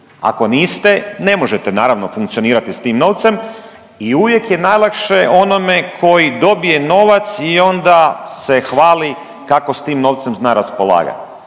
ako niste ne možete naravno funkcionirati s tim novcem i uvijek je najlakše onome koji dobije novac i onda se hvali kako s tim novcem treba raspolagati.